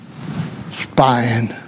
Spying